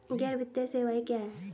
गैर वित्तीय सेवाएं क्या हैं?